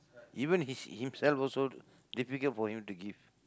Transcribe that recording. even his himself also difficult for him to give